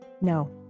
no